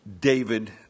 David